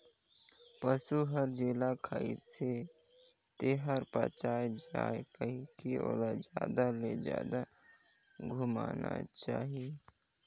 पसु हर जेला खाइसे तेहर पयच जाये कहिके ओला जादा ले जादा घुमाना चाही